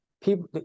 people